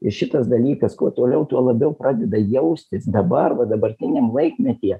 ir šitas dalykas kuo toliau tuo labiau pradeda jaustis dabar va dabartiniam laikmetyje